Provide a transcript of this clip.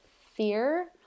fear